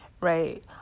right